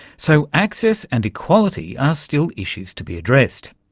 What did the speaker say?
so access and equality are still issues to be addressed,